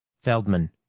feldman,